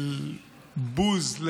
של בוז,